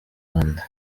rwanda